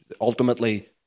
ultimately